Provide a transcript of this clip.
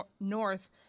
North